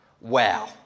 Wow